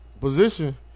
position